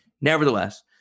nevertheless